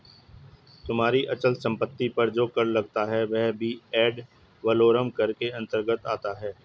तुम्हारी अचल संपत्ति पर जो कर लगता है वह भी एड वलोरम कर के अंतर्गत आता है